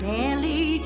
Barely